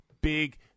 big